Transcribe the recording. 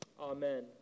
Amen